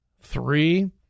Three